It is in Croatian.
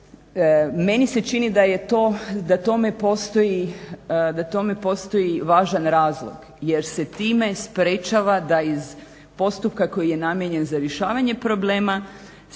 Meni se čini da tome postoji važan razlog jer se time sprječava da iz postupka koji je namijenjen za rješavanje problema